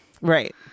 Right